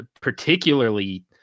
particularly